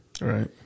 Right